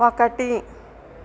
ఒకటి